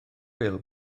bil